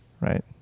right